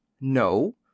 No